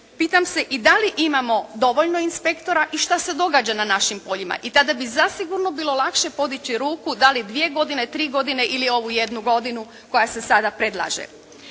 pitam se i da li imamo dovoljno inspektora i šta se događa na našim poljima? I tada bi zasigurno bilo lakše podići ruku da li dvije godine, tri godine ili ovu jednu godinu koja se sada predlaže.